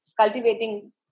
cultivating